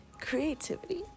Creativity